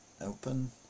Open